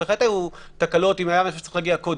בהחלט היו תקלות אם היה משהו צריך להגיע קודם.